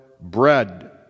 bread